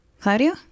Claudio